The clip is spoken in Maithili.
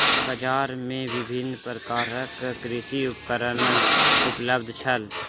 बजार में विभिन्न प्रकारक कृषि उपकरण उपलब्ध छल